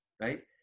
right